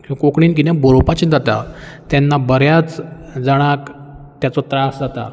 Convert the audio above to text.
आं पूण जेन्ना कोंकणी बरोवपाची येता कोंकणीन कितेंय बरोवपाचें जाता तेन्ना बऱ्याच जाणांक तेचो त्रास जाता